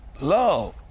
Love